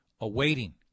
awaiting